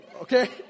Okay